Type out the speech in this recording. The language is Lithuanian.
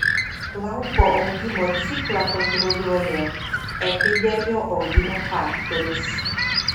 plauko augimo ciklą kontroliuoja epidermio augimo faktorius